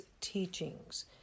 teachings